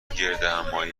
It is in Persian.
گردهمآیی